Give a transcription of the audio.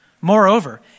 Moreover